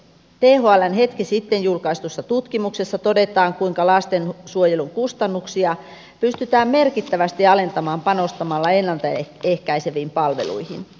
thln hetki sitten julkaistussa tutkimuksessa todetaan kuinka lastensuojelun kustannuksia pystytään merkittävästi alentamaan panostamalla ennalta ehkäiseviin palveluihin